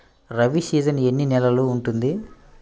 Rabi season ఎన్ని నెలలు ఉంటుంది?